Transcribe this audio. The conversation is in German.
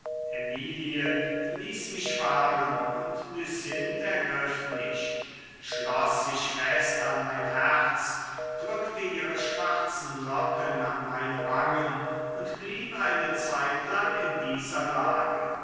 emilie ließ mich fahren und lucinde ergriff mich schloß sich fest an mein herz drückte ihre schwarzen locken an meine wangen und blieb eine zeitlang in dieser lage